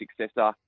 successor